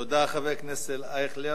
תודה, חבר הכנסת אייכלר.